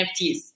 nfts